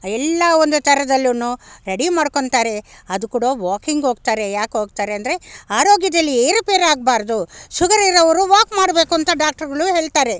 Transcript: ಎಲ್ಲ ಒಂದು ಥರದಲ್ಲೂನು ರೆಡಿ ಮಾಡ್ಕೋಳ್ತಾರೆ ಅದು ಕೂಡ ವಾಕಿಂಗ್ ಹೋಗ್ತಾರೆ ಯಾಕೆ ಹೋಗ್ತಾರೆ ಅಂದ್ರೆ ಆರೋಗ್ಯದಲ್ಲಿ ಏರುಪೇರಾಗ್ಬಾರದು ಶುಗರಿರೋವ್ರು ವಾಕ್ ಮಾಡಬೇಕು ಅಂತ ಡಾಕ್ಟ್ರುಗಳು ಹೇಳ್ತಾರೆ